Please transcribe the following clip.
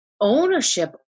ownership